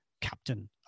Captain